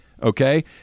Okay